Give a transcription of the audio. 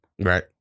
Right